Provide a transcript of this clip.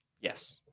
Yes